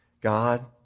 God